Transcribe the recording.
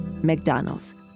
McDonald's